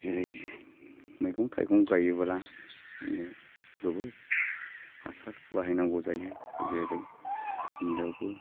जेरै मैगं थाइगं गायोब्ला बिदिनो बहुद हासार बाहायनांगौ जायो जेरै मुलायावबो